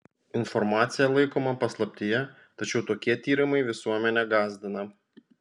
informacija laikoma paslaptyje tačiau tokie tyrimai visuomenę gąsdina